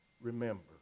remember